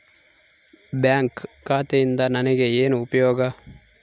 Bank ಖಾತೆಯಿಂದ ನನಗೆ ಏನು ಉಪಯೋಗ?